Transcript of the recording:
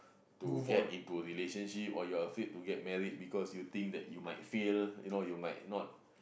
to get into relationship or you are afraid to get married because you think that you might fail you know you might not